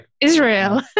Israel